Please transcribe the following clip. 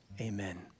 amen